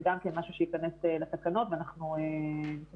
זה גם משהו שייכנס לתקנות ואנחנו נתעקש